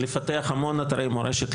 לפתח המון אתרי מורשת,